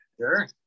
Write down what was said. Sure